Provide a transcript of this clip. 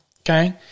okay